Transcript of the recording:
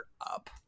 up